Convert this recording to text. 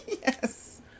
Yes